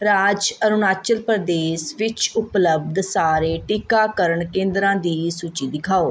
ਰਾਜ ਅਰੁਣਾਚਲ ਪ੍ਰਦੇਸ਼ ਵਿੱਚ ਉਪਲਬਧ ਸਾਰੇ ਟੀਕਾਕਰਨ ਕੇਂਦਰਾਂ ਦੀ ਸੂਚੀ ਦਿਖਾਓ